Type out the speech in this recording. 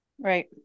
right